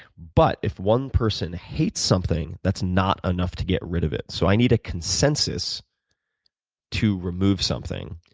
but if one person hates something, that's not enough to get rid of it. so i need a consensus to remove something,